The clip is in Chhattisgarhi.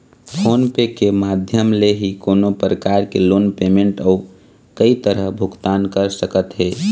फोन पे के माधियम ले ही कोनो परकार के लोन पेमेंट अउ कई तरह भुगतान कर सकत हे